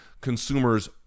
consumers